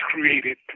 created